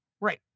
Right